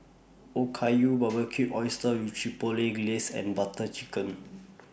Okayu Barbecued Oysters with Chipotle Glaze and Butter Chicken